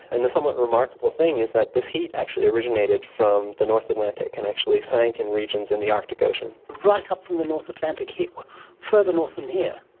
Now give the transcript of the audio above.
and the somewhat remarkable thing is that this heat actually originated from the north atlantic and actually sank in regions in the arctic ocean. right up from the north atlantic? further north than here?